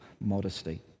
modesty